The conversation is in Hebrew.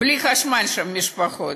בלי חשמל שם, המשפחות,